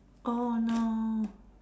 oh no